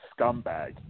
scumbag